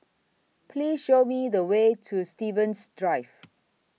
Please Show Me The Way to Stevens Drive